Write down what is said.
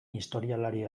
historialari